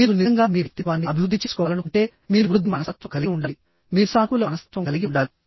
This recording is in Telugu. మీరు నిజంగా మీ వ్యక్తిత్వాన్ని అభివృద్ధి చేసుకోవాలనుకుంటే మీరు వృద్ధి మనస్తత్వం కలిగి ఉండాలి మీరు సానుకూల మనస్తత్వం కలిగి ఉండాలి